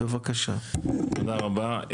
תודה רבה.